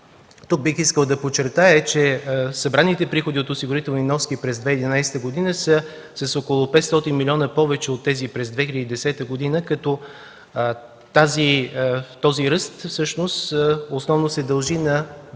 Тук бих искал да подчертая, че събраните приходи от осигурителни вноски през 2011 г. са с около 500 милиона повече от тези през 2010 г., като този ръст основно се дължи на